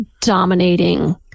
dominating